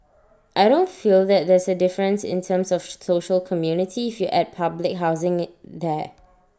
I don't feel that there's A difference in terms of social community if you add public housing there